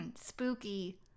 Spooky